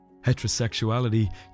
Heterosexuality